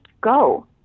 go